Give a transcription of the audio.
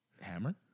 Hammer